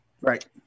Right